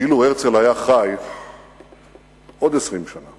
שאילו חי הרצל עוד 20 שנה